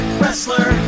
wrestler